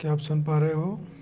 क्या आप सुन पा रहे हो